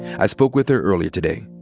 i spoke with her earlier today.